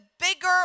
bigger